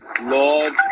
Lord